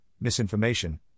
misinformation